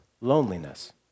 loneliness